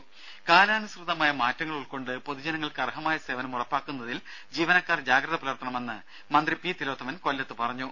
രുര കാലാനുസൃതമായ മാറ്റങ്ങൾ ഉൾക്കൊണ്ട് പൊതുജനങ്ങൾക്ക് അർഹമായ സേവനം ഉറപ്പാക്കുന്നതിൽ ജീവനക്കാർ ജാഗ്രത പുലർത്തണമെന്ന് മന്ത്രി പി തിലോത്തമൻ കൊല്ലത്ത് പറഞ്ഞു